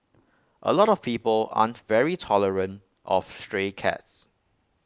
A lot of people aren't very tolerant of stray cats